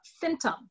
symptom